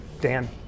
Dan